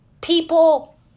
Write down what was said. People